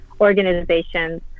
organizations